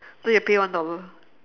then you pay one dollar